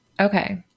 Okay